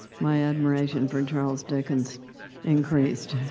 my admiration for charles dickens increased.